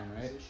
right